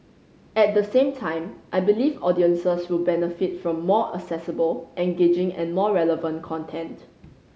at the same time I believe audiences will benefit from more accessible engaging and more relevant content